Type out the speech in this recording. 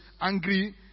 angry